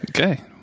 Okay